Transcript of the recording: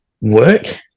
work